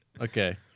Okay